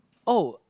oh